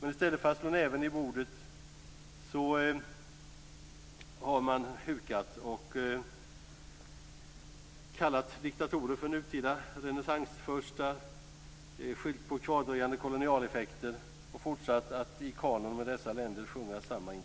Men i stället för att slå näven i bordet har man hukat och kallat diktatorer för nutida renässansfurstar, skyllt på kvardröjande kolonialeffekter och fortsatt att sjunga samma international i kanon med dessa länder. Herr talman!